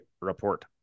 report